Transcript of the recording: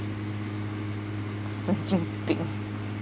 神经病